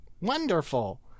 Wonderful